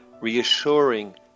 reassuring